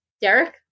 Derek